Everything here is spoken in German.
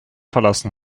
verlassen